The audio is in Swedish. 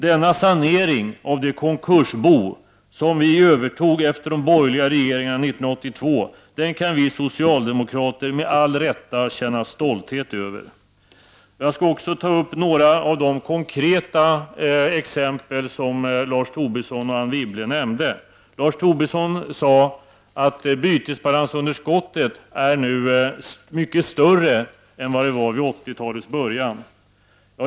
Denna sanering av det konkursbo som vi övertog efter de borgerliga regeringarna 1982 kan vi socialdemokrater med all rätt känna stolthet över. Jag skall också ta upp några av de konkreta exempel som Lars Tobisson och Anne Wibble nämnde. Lars Tobisson sade att bytesbalansunderskottet nu är mycket större än vid 80-talets början.